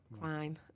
crime